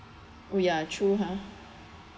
oh ya true ha